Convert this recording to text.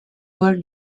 paul